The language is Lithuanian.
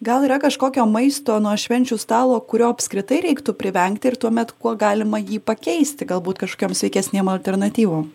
gal yra kažkokio maisto nuo švenčių stalo kurio apskritai reiktų privengti ir tuomet kuo galima jį pakeisti galbūt kažkokiom sveikesnėm alternatyvom